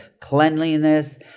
cleanliness